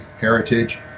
heritage